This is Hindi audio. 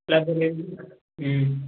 हूँ